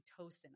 oxytocin